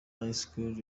school